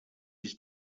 his